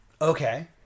Okay